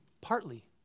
partly